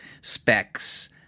specs